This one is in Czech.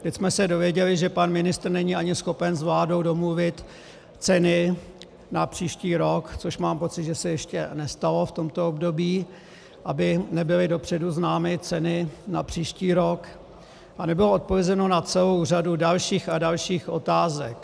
Teď jsme se dozvěděli, že pan ministr není ani schopen s vládou domluvit ceny na příští rok, což mám pocit, že se ještě nestalo v tomto období, aby nebyly dopředu známy ceny na příští rok, a nebylo odpovězeno na celou řadu dalších a dalších otázek.